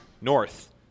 North